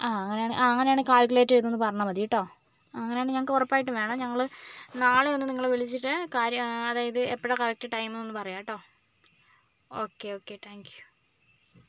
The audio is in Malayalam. ആ അങ്ങനെയാണെ ആ അങ്ങനെയാണെ കാൽകുലേറ്റ് ചെയ്തൊന്നു പറഞ്ഞാൽ മതി കേട്ടോ അങ്ങനെയാണ് ഞങ്ങൾക്ക് ഉറപ്പായിട്ടും വേണം ഞങ്ങൾ നാളെ ഒന്ന് നിങ്ങളെ വിളിച്ചിട്ട് കാര്യം അതായത് എപ്പോഴാണ് കറക്റ്റ് ടൈം എന്ന് പറയാം കേട്ടോ ഓക്കെ ഓക്കെ താങ്ക് യൂ